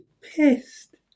pissed